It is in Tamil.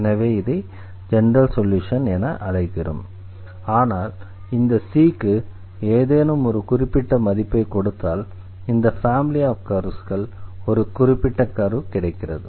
எனவே இதை ஜெனரல் சொல்யூஷன் என அழைக்கிறோம் ஆனால் இந்த c க்கு ஏதேனும் ஒரு குறிப்பிட்ட மதிப்பைக் கொடுத்தால் இந்த ஃபேமிலி ஆஃப் கர்வ்ஸ்சுக்கு ஒரு குறிப்பிட்ட கர்வ் கிடைக்கிறது